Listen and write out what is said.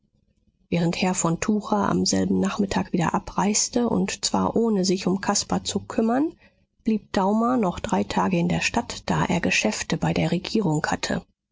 während herr von tucher am selben nachmittag wieder abreiste und zwar ohne sich um caspar zu kümmern blieb daumer noch drei tage in der stadt da er geschäfte bei der regierung hatte